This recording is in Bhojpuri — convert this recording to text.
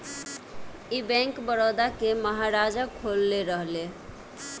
ई बैंक, बड़ौदा के महाराजा खोलले रहले